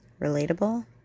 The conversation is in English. Relatable